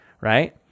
right